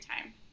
time